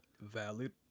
Valid